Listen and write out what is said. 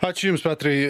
ačiū jums petrai